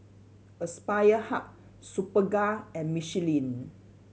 Aspire Hub Superga and Michelin